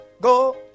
go